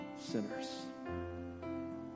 sinners